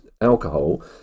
alcohol